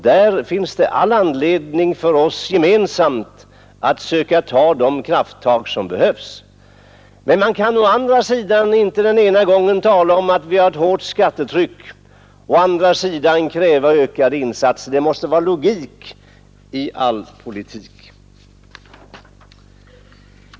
Där finns det all anledning för oss att gemensamt söka ta de krafttag som behövs. Men man kan å andra sidan inte den ena gången tala om att vi har ett hårt skattetryck och å andra sidan kräva ökade insatser. Det måste vara logik i all politik.